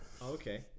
okay